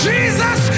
Jesus